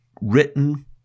written